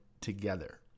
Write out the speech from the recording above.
together